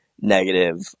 negative